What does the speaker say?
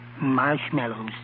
Marshmallows